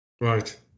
Right